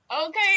okay